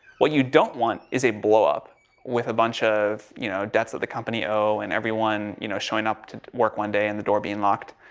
what you don't want is a blow-up with a bunch of, you know, debts that the company owe, and everyone, you know, showing up to work, one day, and the door being locked.